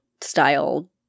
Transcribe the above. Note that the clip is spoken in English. style